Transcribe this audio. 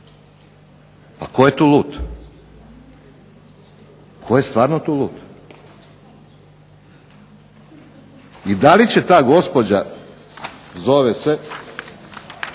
Pa tko je tu lud? Tko je stvarno tu lud? I da li će ta gospođa, zove se